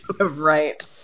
Right